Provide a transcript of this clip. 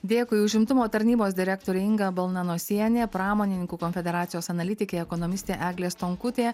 dėkui užimtumo tarnybos direktorė inga balnanosienė pramonininkų konfederacijos analitikė ekonomistė eglė stonkutė